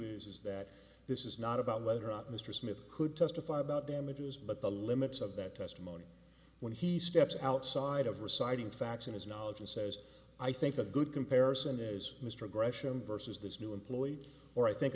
is that this is not about whether or not mr smith could testify about damages but the limits of that testimony when he steps outside of reciting facts and his knowledge and says i think a good comparison is mr gresham versus this new employee or i think